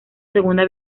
segunda